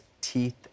teeth